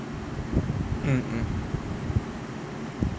mm mm